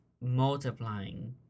multiplying